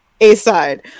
A-side